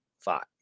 five